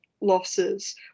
losses